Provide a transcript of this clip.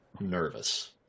nervous